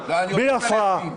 לי הפרעה.